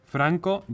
Franco